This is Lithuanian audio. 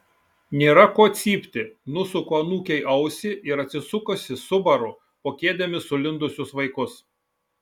nėra ko cypti nusuku anūkei ausį ir atsisukusi subaru po kėdėmis sulindusius vaikus